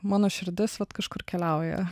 mano širdis vat kažkur keliauja